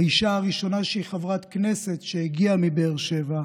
האישה הראשונה שהיא חברת כנסת שהגיעה מבאר שבע,